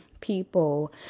people